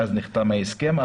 ואז נחתם ההסכם.